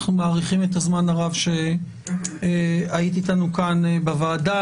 אנחנו מעריכים את הזמן הרב שהיית איתנו כאן בוועדה.